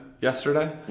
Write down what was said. yesterday